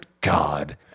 God